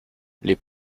les